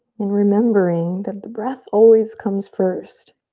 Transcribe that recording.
and remembering that the breath always comes first